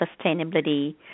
sustainability